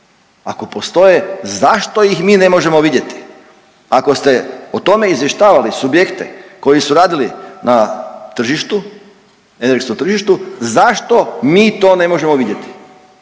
ako postoje zašto ih mi ne možemo vidjeti? Ako ste o tome izvještavali subjekte koji su radili na tržištu, energetskom tržištu, zašto mi to ne možemo vidjeti,